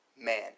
man